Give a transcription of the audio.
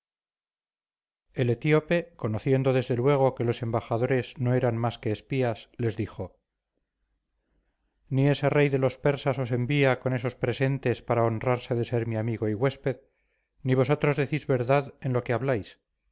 el etíope conociendo desde luego que los embajadores no eran más que espías les dijo ni ese rey de los persas os envía con esos presentes para honrarse de ser mi amigo y huésped ni vosotros decís verdad en lo que habláis